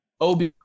OB